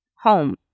home